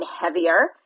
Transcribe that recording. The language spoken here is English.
heavier